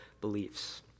beliefs